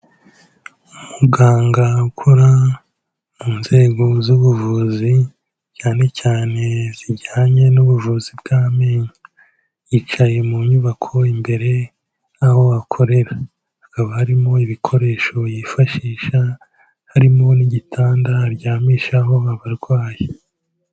Umuganga ukora mu nzego z'ubuvuzi cyane cyane zijyanye n'ubuvuzi bw'amenyo. Yicaye mu nyubako imbere y'aho akorera, hakaba harimo ibikoresho yifashisha, harimo n'igitanda aryamishaho abarwayi.